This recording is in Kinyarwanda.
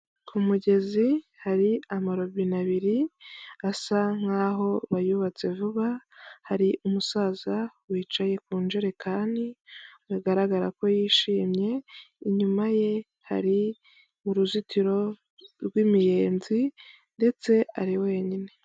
Ku mugezi hari amarobine abiri asa nkaho bayubatse vuba, hari umusaza wicaye ku njerekani bigaragarako yishimye, inyuma ye hari uruzitiro rw'imiyenzi ndetse ari wenyine.